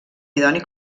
idoni